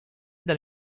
dal